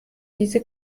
diese